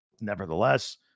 nevertheless